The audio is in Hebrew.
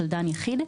של דן יחיד,